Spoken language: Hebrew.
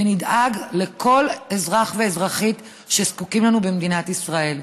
ונדאג לכל אזרח ואזרחית שזקוקים לנו במדינת ישראל.